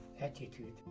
attitude